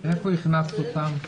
איפה הכנסת אותם?